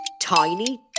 tiny